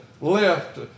left